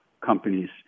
companies